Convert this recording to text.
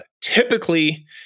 typically